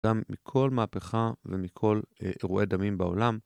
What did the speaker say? גם מכל מהפכה ומכל אירועי דמים בעולם.